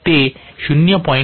ते 0